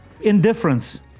Indifference